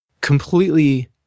completely